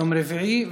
יום רביעי,